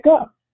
up